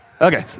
Okay